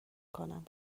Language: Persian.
کنم